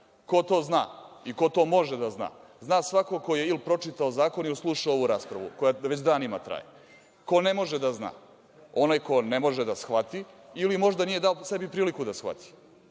Ko to zna, i ko to može da zna. Zna svako ko je i pročitao zakon i slušao ovu raspravu, koja već danima traje. Ko ne može da zna? Onaj ko ne može da shvati, ili možda nije dao sebi priliku da shvati,